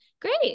great